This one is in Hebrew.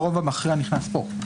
הרוב המכריע נכנס פה.